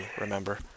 remember